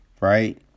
right